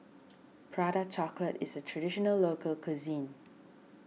Prata Chocolate is a Traditional Local Cuisine